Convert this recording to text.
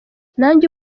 nanjye